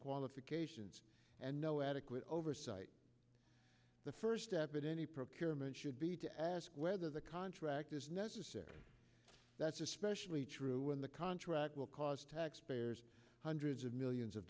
qualifications and no adequate oversight the first step in any procurement should be to ask whether the contract is necessary that's especially true when the contract will cost taxpayers hundreds of millions of